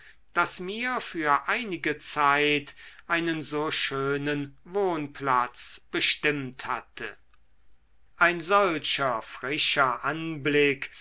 das mir für einige zeit einen so schönen wohnplatz bestimmt hatte ein solcher frischer anblick